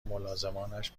ملازمانش